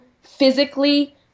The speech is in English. physically